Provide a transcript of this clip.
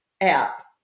app